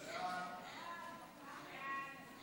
סעיפים 1 4